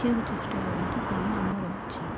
ପହଞ୍ଚିବାକୁ ଚେଷ୍ଟା କରନ୍ତୁ କାମ ଆମର ଅଛି